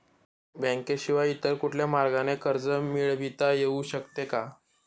बँकेशिवाय इतर कुठल्या मार्गाने कर्ज मिळविता येऊ शकते का?